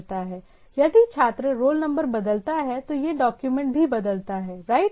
यदि छात्र roll number बदलता है तो यह डॉक्यूमेंट भी बदलता है राइट